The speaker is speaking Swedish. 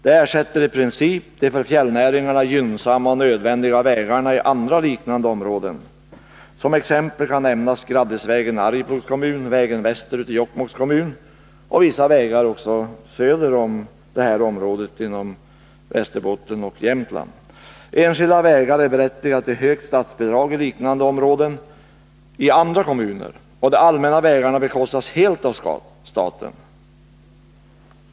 Det ersätter i princip de för fjällnäringarna gynnsamma och nödvändiga vägarna i andra liknande områden. Som exempel kan nämnas Graddisvägen i Arjeplogs kommun, ”vägen västerut” i Jokkmokks kommun och även vissa vägar söder om naturskyddsområdet, inom Västerbotten och Jämtland. Enskilda vägar är berättigade till högt statsbidrag i liknande områden i andra kommuner, och de allmänna vägarna bekostas ju helt av staten.